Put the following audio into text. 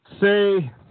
say